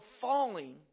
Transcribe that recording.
falling